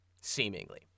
seemingly